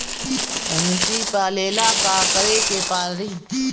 भइसी पालेला का करे के पारी?